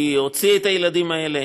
היא הוציאה את הילדים האלה,